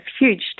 huge